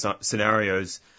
scenarios